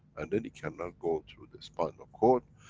and then it cannot go through the spinal cord,